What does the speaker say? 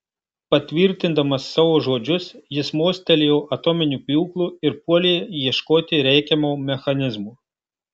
patvirtindamas savo žodžius jis mostelėjo atominiu pjūklu ir puolė ieškoti reikiamo mechanizmo